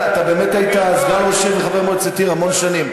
אתה באמת היית סגן ראש עיר וחבר מועצת עיר המון שנים.